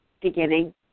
beginning